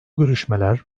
görüşmeler